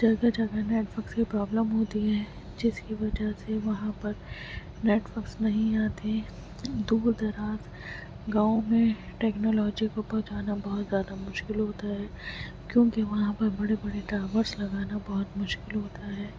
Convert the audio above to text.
جگہ جگہ نیٹورکس کی پرابلم ہوتی ہے جس کی وجہ سے وہاں پر نیٹورکس نہیں آتے دور دراز گاؤں میں ٹیکنالوجی کو پہنچانا بہتر زیادہ مشکل ہوتا ہے کیونکہ وہاں پر بڑے بڑے ٹاورس لگانا بہت مشکل ہوتا ہے